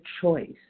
choice